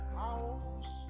house